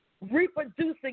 reproducing